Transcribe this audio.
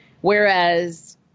whereas